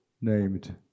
named